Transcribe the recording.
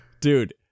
Dude